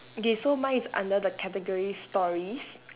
okay so mine is under the categories stories